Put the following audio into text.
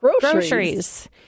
groceries